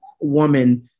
woman